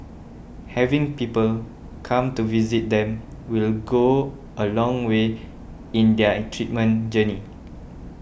having people come to visit them will go a long way in their treatment journey